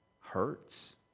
hurts